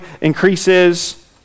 increases